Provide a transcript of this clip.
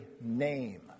name